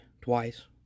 twice